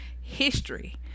history